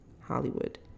Hollywood